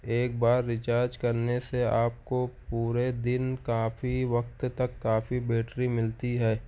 ایک بار ریچارج کرنے سے آپ کو پورے دن کافی وقت تک کافی بیٹری ملتی ہے